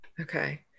Okay